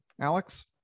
Alex